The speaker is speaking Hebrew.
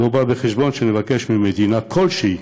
לא בא בחשבון שנבקש ממדינה כלשהי,